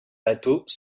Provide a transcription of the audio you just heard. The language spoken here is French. bateaux